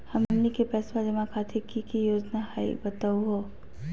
हमनी के पैसवा जमा खातीर की की योजना हई बतहु हो?